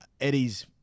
Eddie's